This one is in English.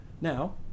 Now